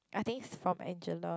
I think is from Angela